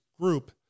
group